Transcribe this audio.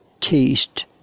taste